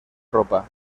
ropa